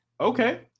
Okay